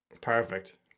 Perfect